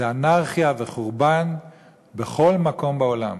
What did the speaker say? זה אנרכיה וחורבן בכל מקום בעולם.